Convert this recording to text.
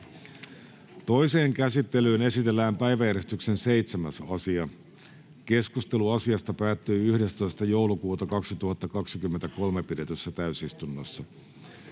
Toiseen käsittelyyn esitellään päiväjärjestyksen 10. asia. Keskustelu asiasta päättyi 11.12.2023 pidetyssä täysistunnossa.